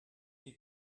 die